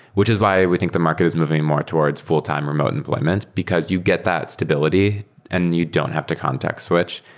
which is why we think the market is moving more towards full-time remote employment, because you get that stability and you don't have to context switch,